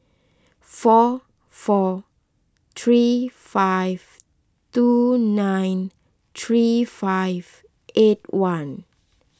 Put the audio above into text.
four four three five two nine three five eight one